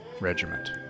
Regiment